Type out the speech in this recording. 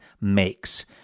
makes